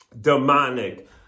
demonic